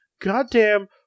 goddamn